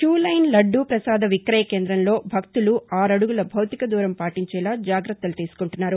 queue line laddu ప్రసాద విక్రయ కేంద్రంలో భక్తులు ఆరు అడుగుల భౌతిక దూరం పాటించేలా జాగ్రత్తలు తీసుకుంటున్నారు